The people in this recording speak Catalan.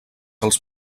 els